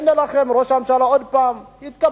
הנה לכם, ראש הממשלה עוד פעם התקפל.